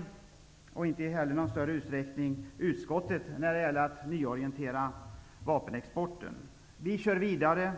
Utskottet har heller inte i någon större utsträckning påverkats när det gäller en nyorientering av vapenexporten. Vi kör vidare